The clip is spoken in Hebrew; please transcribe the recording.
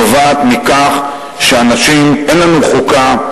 נובע מכך שאין לנו חוקה.